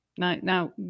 Now